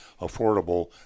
affordable